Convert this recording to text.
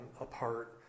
apart